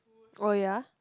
oh ya